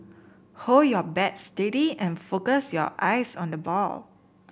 hold your bat steady and focus your eyes on the ball